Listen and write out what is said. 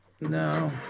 no